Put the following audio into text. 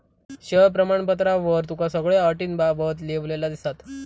share प्रमाणपत्रावर तुका सगळ्यो अटींबाबत लिव्हलेला दिसात